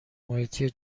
محیطی